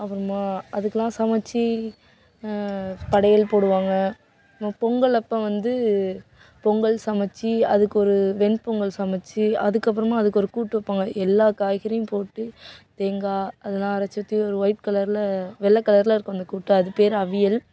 அப்பறமாக அதுக்குலாம் சமைச்சி படையல் போடுவாங்க பொங்கல் அப்போ வந்து பொங்கல் சமைச்சி அதற்கொரு வெண்பொங்கல் சமைச்சி அதற்கப்பறமா அதுக்கு ஒரு கூட்டு வப்பாங்க எல்லா காய்கறியும் போட்டு தேங்காய் அதெலாம் அரைச்சி ஊத்தி ஒரு ஒயிட் கலரில் வெல்ல கலரில் இருக்கும் அந்த கூட்டு அது பேர் அவியல்